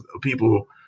people